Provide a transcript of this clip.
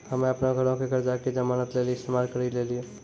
हम्मे अपनो घरो के कर्जा के जमानत लेली इस्तेमाल करि लेलियै